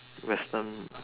Western